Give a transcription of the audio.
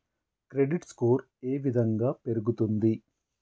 Credit score ఏ విధంగా పెరుగుతుంది?